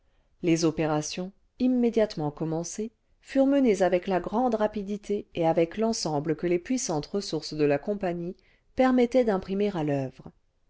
les opérations immédiatement commencées furent menées avec la grande rapidité et avec l'ensemble que les puissantes ressources de la compagnie permettaient d'imprimer à l'oeuvre